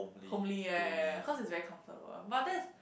homely ya ya ya ya cause it's very comfortable but that's